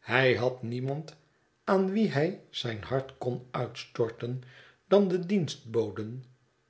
hij had niemand aan wie hij zijn hart kon uitstorten dan de dienstboden